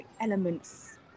elements